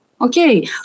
Okay